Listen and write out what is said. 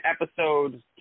episode